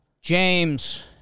James